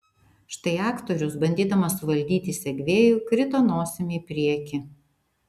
štai aktorius bandydamas suvaldyti segvėjų krito nosimi į priekį